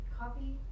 coffee